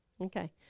okay